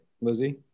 Lizzie